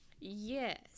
yes